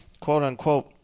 quote-unquote